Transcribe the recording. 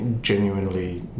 genuinely